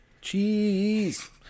Cheese